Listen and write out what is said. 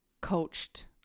coached